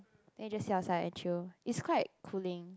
then you just sit outside and chill is quite cooling